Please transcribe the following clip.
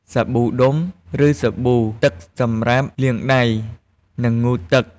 សាប៊ូដុំ ឬសាប៊ូទឹកសម្រាប់លាងដៃ និងងូតទឹក។